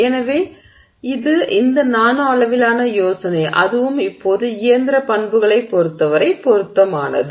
எனவே இது இந்த நானோ அளவிலான யோசனை அதுவும் இப்போது இயந்திர பண்புகளைப் பொறுத்தவரை பொருத்தமானது